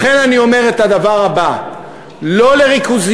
לכן אני אומר את הדבר הבא: לא לריכוזיות,